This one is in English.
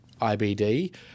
IBD